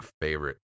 favorite